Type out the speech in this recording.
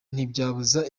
ntibyabuza